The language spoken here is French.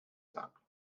simples